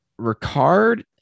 Ricard